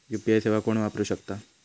UPI सेवा कोण वापरू शकता?